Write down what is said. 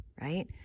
right